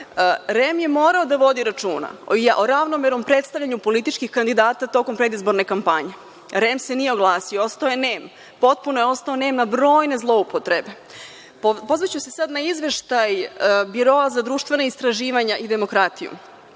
je morao da vodi računa o ravnomernom predstavljanju političkih kandidata tokom predizborne kampanje, REM se nije oglasio, ostao je nem. Potpuno je ostao nem na brojne zloupotrebe. Pozvaću se sada na izveštaj Biroa za društvena istraživanja i demokratiju,